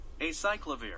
Acyclovir